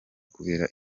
kubera